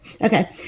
Okay